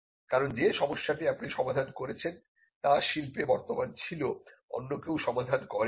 কারণ যে সমস্যাটি আপনি সমাধান করেছেন তা শিল্পে বর্তমান ছিল অন্য কেউ সমাধান করে নি